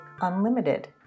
Unlimited